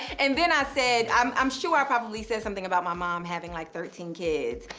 and then i said, i'm i'm sure i probably said something about my mom having like thirteen kids.